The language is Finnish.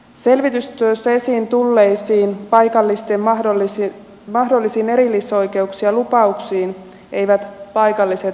selvitystyössä esiin tulleisiin mahdollisiin erillisoikeuksiin ja lupauksiin eivät paikalliset uskalla luottaa